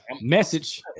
Message